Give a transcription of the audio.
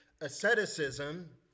asceticism